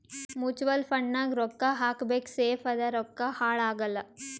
mutual fund ನಾಗ್ ರೊಕ್ಕಾ ಹಾಕಬೇಕ ಸೇಫ್ ಅದ ರೊಕ್ಕಾ ಹಾಳ ಆಗಲ್ಲ